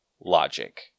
logic